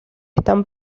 están